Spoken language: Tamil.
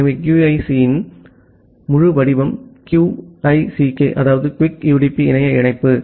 எனவே QUIC இன் முழு வடிவம் குயிக் UDP இணைய இணைப்பு